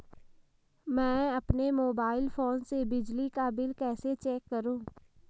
मैं अपने mobile phone से बिजली का बिल कैसे चेक करूं?